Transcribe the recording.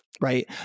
Right